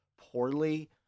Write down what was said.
poorly